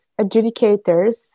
adjudicators